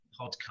podcast